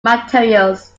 materials